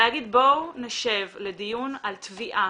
צריך להגיד: בואו נשב על דיון על תביעה,